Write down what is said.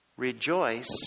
Rejoice